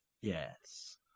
Yes